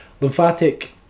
lymphatic